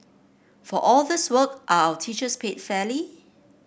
for all this work are our teachers paid fairly